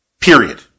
Period